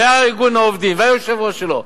וארגון העובדים והיושב-ראש שלו,